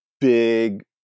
big